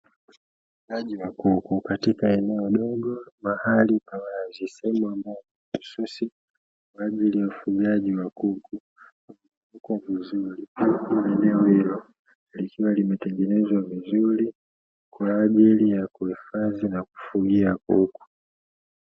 Ufugaji wa kuku katika eneo dogo mahali pa wazi, sehemu ambayo ni mahususi kwa ajili ya ufugaji wa kuku uko vizuri, huku eneo hilo likiwa limetengenezwa vizuri kwa ajili ya kuhifadhi na kufugia kuku.